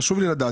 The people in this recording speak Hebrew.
חשוב לי לדעת.